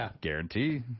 guarantee